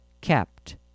kept